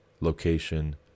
location